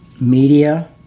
Media